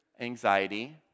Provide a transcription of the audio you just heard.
anxiety